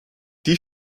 die